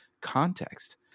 context